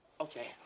Okay